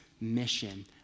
mission